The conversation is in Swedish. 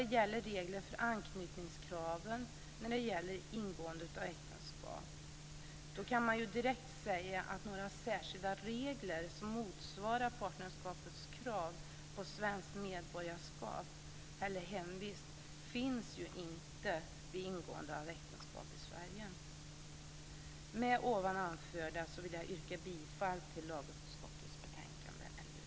Vad gäller regler för anknytningskrav för ingående av äktenskap kan man direkt säga att några särskilda regler som motsvarar partnerskapslagens krav på svenskt medborgarskap eller hemvist finns inte vid ingående av äktenskap i Sverige. Med ovan anförda yrkar jag bifall till lagutskottets hemställan i LU22.